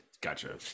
gotcha